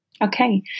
Okay